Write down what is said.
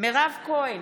מירב כהן,